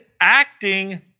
acting